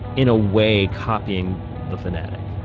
in a way, copying the fanatic.